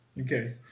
Okay